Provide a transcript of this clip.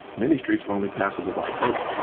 many streets were only passable by boat.